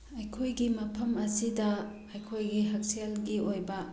ꯑꯩꯈꯣꯏꯒꯤ ꯃꯐꯝ ꯑꯁꯤꯗ ꯑꯩꯈꯣꯏꯒꯤ ꯍꯛꯁꯦꯜꯒꯤ ꯑꯣꯏꯕ